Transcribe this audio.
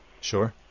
Sure